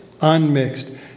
unmixed